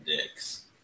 dicks